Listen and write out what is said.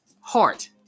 heart